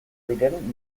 diren